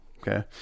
Okay